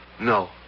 No